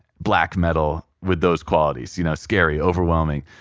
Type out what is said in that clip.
black metal, with those qualities, you know, scary, overwhelming.